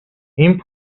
این